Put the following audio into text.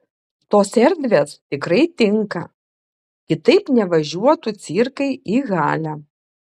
tos erdvės tikrai tinka kitaip nevažiuotų cirkai į halę